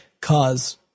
cause